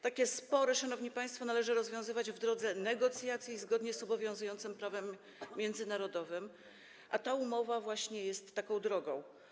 Takie spory, szanowni państwo, należy rozwiązywać w drodze negocjacji zgodnie z obowiązującym prawem międzynarodowym, a ta umowa właśnie jest taką drogą.